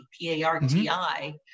P-A-R-T-I